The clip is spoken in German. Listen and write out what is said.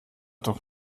doch